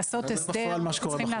בחוק.